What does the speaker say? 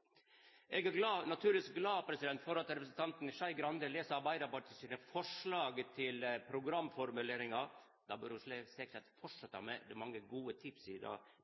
det